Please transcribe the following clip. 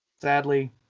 sadly